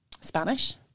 Spanish